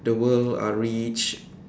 the world are rich